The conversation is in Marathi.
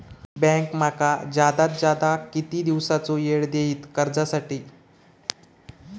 बँक माका जादात जादा किती दिवसाचो येळ देयीत कर्जासाठी?